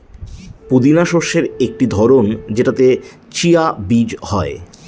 পুদিনা শস্যের একটি ধরন যেটাতে চিয়া বীজ হয়